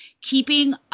keeping